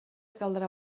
caldrà